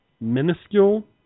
minuscule